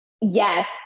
Yes